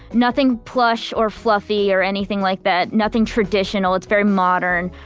nothing plush or fluffy or anything like that. nothing traditional, it's very modern.